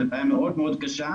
זו בעיה מאוד מאוד קשה.